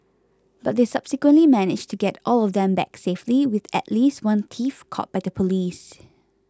but they subsequently managed to get all of them back safely with at least one thief caught by the police